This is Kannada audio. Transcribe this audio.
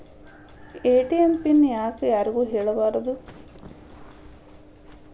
ಎ.ಟಿ.ಎಂ ಪಿನ್ ಯಾಕ್ ಯಾರಿಗೂ ಹೇಳಬಾರದು?